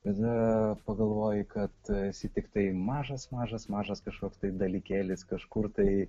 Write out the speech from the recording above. tada pagalvoji kad esi tiktai mažas mažas mažas kažkoks dalykėlis kažkur tai